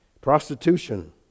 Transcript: Prostitution